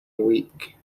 week